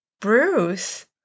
Bruce